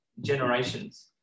generations